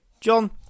John